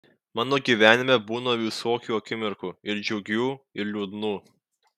mano gyvenime būna visokių akimirkų ir džiugių ir liūdnų